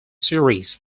series